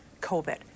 COVID